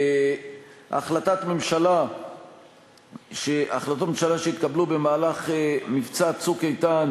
החלטות ממשלה שהתקבלו במהלך מבצע "צוק איתן"